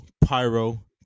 Pyro